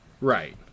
Right